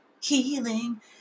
healing